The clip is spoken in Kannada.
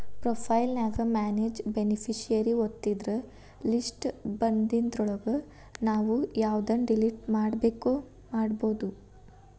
ಪ್ರೊಫೈಲ್ ನ್ಯಾಗ ಮ್ಯಾನೆಜ್ ಬೆನಿಫಿಸಿಯರಿ ಒತ್ತಿದ್ರ ಲಿಸ್ಟ್ ಬನ್ದಿದ್ರೊಳಗ ನಾವು ಯವ್ದನ್ನ ಡಿಲಿಟ್ ಮಾಡ್ಬೆಕೋ ಮಾಡ್ಬೊದು